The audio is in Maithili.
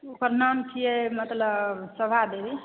ओकर नाम छियै मतलब शोभा देवी